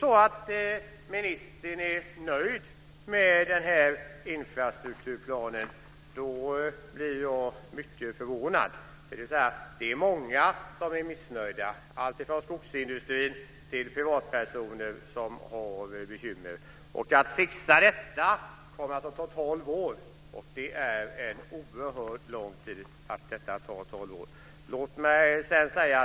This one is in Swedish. Om ministern är nöjd med infrastrukturplanen blir jag mycket förvånad. Det är många som är missnöjda. Alltifrån skogsindustrin till privatpersoner har bekymmer. Det kommer att ta tolv år att fixa detta. Det är en oerhört lång tid.